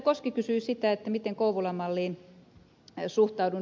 koski kysyi sitä miten kouvolan malliin suhtaudun